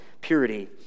purity